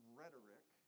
rhetoric